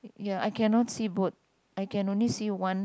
ya I cannot see both I can only see one